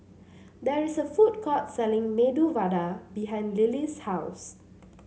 there is a food court selling Medu Vada behind Lily's house